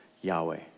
Yahweh